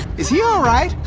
is he alright?